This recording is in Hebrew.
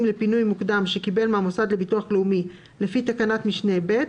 לפינוי מוקדם שקיבל מהמוסד לביטוח לאומי לפי תקנת משנה (ב),